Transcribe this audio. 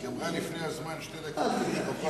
היא גמרה שתי דקות לפני הזמן.